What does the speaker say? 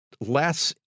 less